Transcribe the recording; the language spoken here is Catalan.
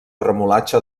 remolatxa